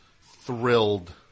thrilled